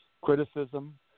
criticism